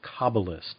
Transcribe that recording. Kabbalist